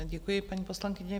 Děkuji, paní poslankyně.